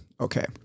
Okay